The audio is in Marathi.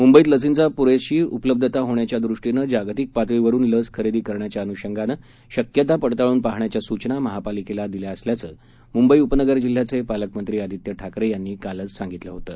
मुंबईत लसींची पुरेशी उपलब्धता होण्याच्या दृष्टीनं जागतिक पातळीवरुन लस खरेदी करण्याच्या अनुषगानं शक्यता पडताळून पाहण्याच्या सूचना महापालिकेला दिल्या असल्याचं मुंबई उपनगर जिल्ह्याचे पालकमंत्री आदित्य ठाकरे यांनी कालच सांगितलं होतं